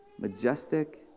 majestic